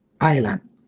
island